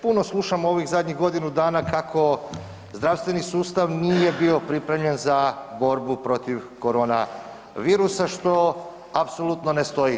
Puno slušamo ovih zadnjih godinu dana kako zdravstveni sustav nije bio pripremljen za borbu protiv korona virusa, što apsolutno ne stoji.